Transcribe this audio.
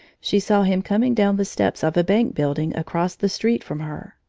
she saw him coming down the steps of a bank building across the street from her.